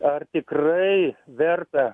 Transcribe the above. ar tikrai verta